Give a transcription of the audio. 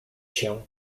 się